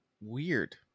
weird